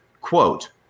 quote